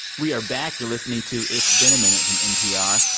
we are back. you're listening to it's been a minute from npr,